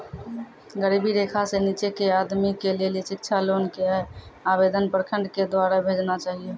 गरीबी रेखा से नीचे के आदमी के लेली शिक्षा लोन के आवेदन प्रखंड के द्वारा भेजना चाहियौ?